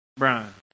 Brian